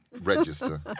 register